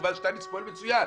יובל שטייניץ פועל מצוין,